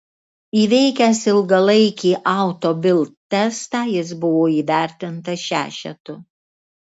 įveikęs ilgalaikį auto bild testą jis buvo įvertintas šešetu